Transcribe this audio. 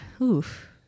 oof